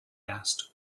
asked